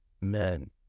men